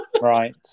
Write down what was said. Right